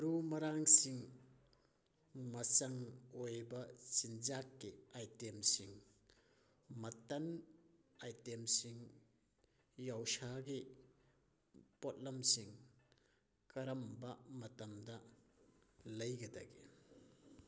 ꯃꯔꯨ ꯃꯔꯥꯡꯁꯤꯡ ꯃꯆꯪ ꯑꯣꯏꯕ ꯆꯤꯟꯖꯥꯛꯀꯤ ꯑꯥꯏꯇꯦꯝꯁꯤꯡ ꯃꯇꯟ ꯑꯥꯏꯇꯦꯝꯁꯤꯡ ꯌꯥꯎꯁꯥꯒꯤ ꯄꯣꯠꯂꯝꯁꯤꯡ ꯀꯔꯝꯕ ꯃꯇꯝꯗ ꯂꯩꯒꯗꯒꯦ